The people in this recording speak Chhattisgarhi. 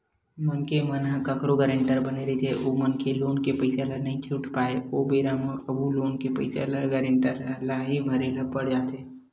मनखे मन ह कखरो गारेंटर बने रहिथे ओ मनखे लोन के पइसा ल नइ छूट पाय ओ बेरा म कभू लोन के पइसा ल गारेंटर ल ही भरे ल पड़ जाथे